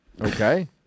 Okay